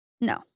no